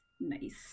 Nice